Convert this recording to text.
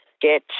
get –